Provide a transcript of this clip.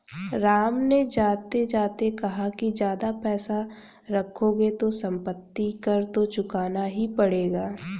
राम ने जाते जाते कहा कि ज्यादा पैसे रखोगे तो सम्पत्ति कर तो चुकाना ही पड़ेगा